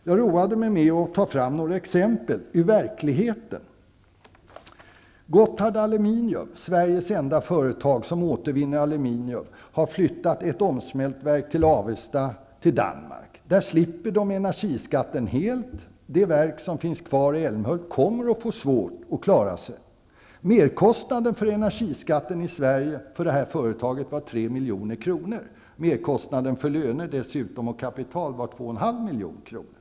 Jag har roat mig med att ta fram några exempel ur verkligheten. Gotthard Aluminium, det enda företaget i Sverige som återvinner aluminium, har flyttat ett omsmältverk från Avesta till Danmark. Där slipper de energiskatten helt. Det verk som finns kvar i Älmhult kommer att få svårt att klara sig. Merkostnaden för energiskatten i Sverige för det här företaget var 3 milj.kr. Merkostnaden för löner och kapital var dessutom 2,5 milj.kr.